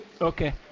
Okay